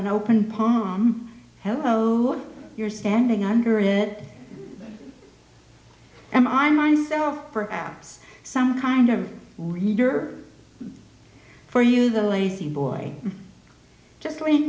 an open palm hello you're standing under it and i myself perhaps some kind of reader for you the lazy boy just lea